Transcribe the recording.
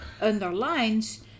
underlines